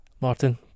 Martin